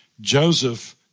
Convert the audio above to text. Joseph